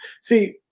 see